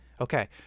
Okay